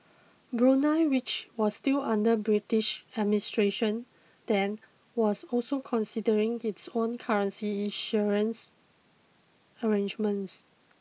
Brunei which was still under British administration then was also considering its own currency issuance arrangements